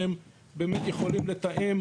שהם באמת יכולים לתאם,